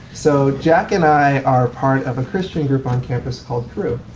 so jack and i are part of christian group on campus called crew.